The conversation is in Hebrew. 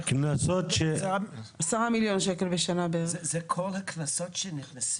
10 מיליון שקל זה כל הקנסות שנכנסים?